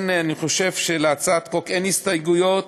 אני חושב שלהצעת החוק אין הסתייגויות,